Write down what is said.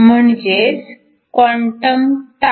म्हणजेच क्वांटम तार